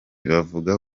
bavuga